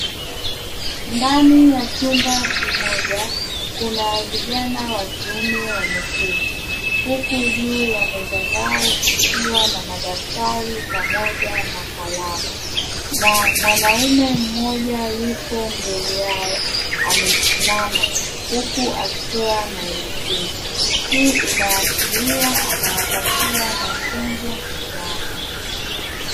Ndani ya chumba kimoja kuna vijana wakiume wameketi; huku juu ya meza zao kukiwa madaftari pamoja na kalamu, na mwanaume mmoja yupo mbele yao amesimama, huku akitoa maelekezo. Hii inaashiria anawapatia mafunzo fulani.